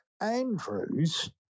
Andrews